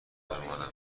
بمانم